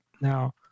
Now